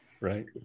Right